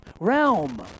realm